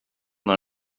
dans